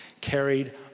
carried